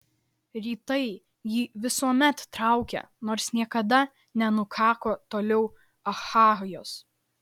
rytai jį visuomet traukė nors niekada nenukako toliau achajos